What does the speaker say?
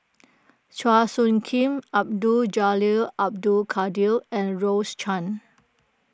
Chua Soo Khim Abdul Jalil Abdul Kadir and Rose Chan